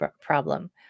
problem